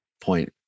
point